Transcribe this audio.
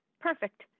Perfect